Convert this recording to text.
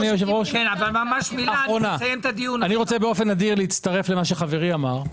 אני רוצה באופן נדיר להצטרף למה שחברי אמר.